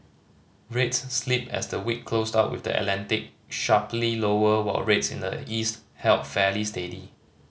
rates slipped as the week closed out with the Atlantic sharply lower while rates in the east held fairly steady